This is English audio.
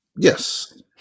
Yes